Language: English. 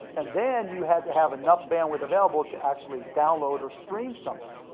and then you had to have enough bandwidth available to actually download or stream something.